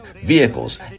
vehicles